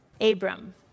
Abram